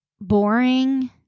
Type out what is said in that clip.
boring